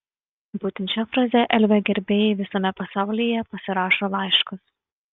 būtent šia fraze elvio gerbėjai visame pasaulyje pasirašo laiškus